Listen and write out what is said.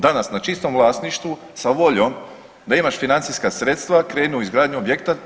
Danas na čistom vlasništvu sa voljom da imaš financijska sredstva krenu u izgradnju objekta.